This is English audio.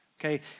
Okay